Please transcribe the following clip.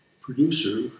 producer